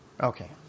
okay